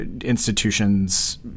institutions